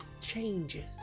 changes